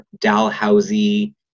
Dalhousie